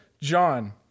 John